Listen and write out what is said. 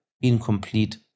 incomplete